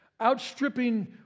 outstripping